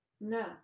No